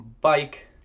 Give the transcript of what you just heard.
bike